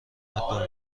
اومد